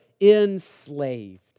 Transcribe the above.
enslaved